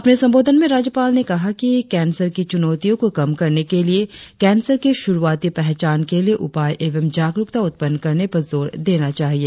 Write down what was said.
अपने संबोधन में राज्यपाल ने कहा कि कैंसर की चुनौतियों को कम करने के लिए कैंसर की शुरुआती पहचान के लिए उपाय एवं जागरुकता उत्पन्न करने पर जोर देना चाहिए